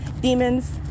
demons